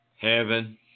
Heaven